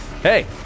Hey